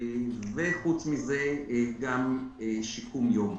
ופרט לכך גם שיקום יום.